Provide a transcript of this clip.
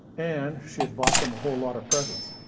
and she had bought them a whole lot of presents.